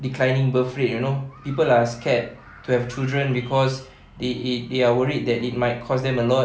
declining birth rate you know people are scared to have children cause they they are worried that it might cost them a lot